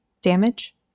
damage